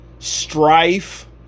Strife